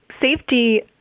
safety